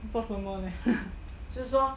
做什么 leh